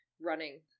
running